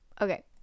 Okay